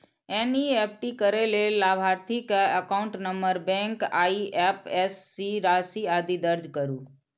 NEFT करै लेल लाभार्थी के एकाउंट नंबर, बैंक, आईएपएससी, राशि, आदि दर्ज करू